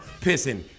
pissing